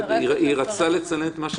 למשל, נפקות, הפועל היוצא של דבר מה.